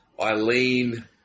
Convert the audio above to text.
Eileen